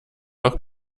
auch